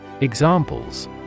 Examples